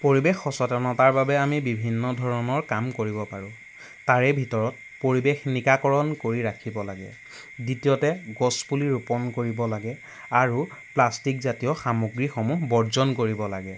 পৰিৱেশ সচেতনতাৰ বাবে আমি বিভিন্ন ধৰণৰ কাম কৰিব পাৰোঁ তাৰে ভিতৰত পৰিৱেশ নিকাকৰণ কৰি ৰাখিব লাগে দ্বিতীয়তে গছপুলি ৰোপণ কৰিব লাগে আৰু প্লাষ্টিকজাতীয় সামগ্ৰীসমূহ বৰ্জন কৰিব লাগে